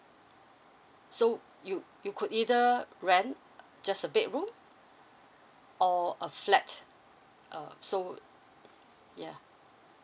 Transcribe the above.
so you you could either rent just a bedroom or a flat uh so ya